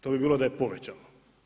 To bi bilo da je povećao.